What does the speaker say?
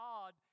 God